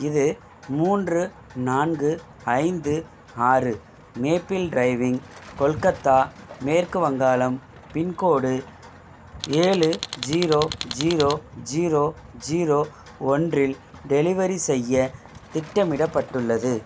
இது மூன்று நான்கு ஐந்து ஆறு மேப்பிள் ட்ரைவிங் கொல்கத்தா மேற்கு வங்காளம் பின்கோடு ஏழு ஜீரோ ஜீரோ ஜீரோ ஜீரோ ஒன்றில் டெலிவரி செய்ய திட்டமிடப்பட்டுள்ளது